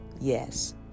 Yes